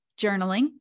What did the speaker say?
Journaling